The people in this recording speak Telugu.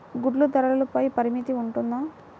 గుడ్లు ధరల పై పరిమితి ఉంటుందా?